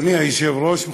אדוני היושב-ראש,